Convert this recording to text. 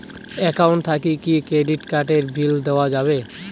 Account থাকি কি credit card এর বিল দেওয়া যাবে?